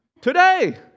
today